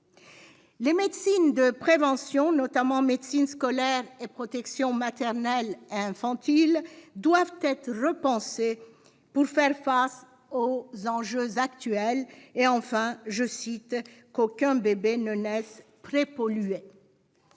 Les médecines de prévention, notamment la médecine scolaire et la protection maternelle et infantile, doivent être repensées pour faire face aux enjeux actuels, afin « qu'aucun bébé ne naisse prépollué ».